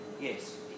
Yes